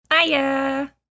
Hiya